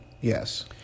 Yes